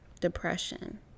depression